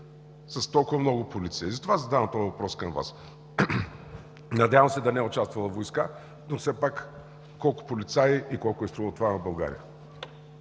с толкова много полиция?! Затова задавам този въпрос към Вас. Надявам се да не е участвала войска, но все пак: колко полицаи? Колко е струвало това на България?